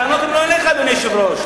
הטענות הן לא אליך, אדוני היושב-ראש.